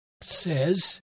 says